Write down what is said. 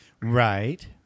Right